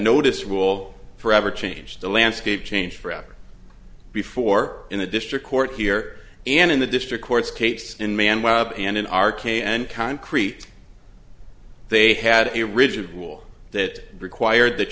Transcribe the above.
notice rule forever changed the landscape changed forever before in a district court here and in the district courts kates in man went up and in our k and concrete they had a rigid rule that required that